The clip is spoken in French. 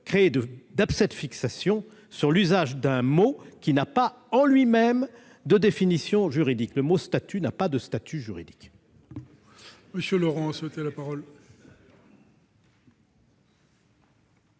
créer d'abcès de fixation sur l'usage d'un mot qui n'a pas à proprement parler de définition juridique : le mot « statut » n'a pas de statut juridique